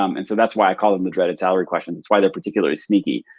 um and so that's why i call them the dreaded salary question. it's why they're particularly sneaky.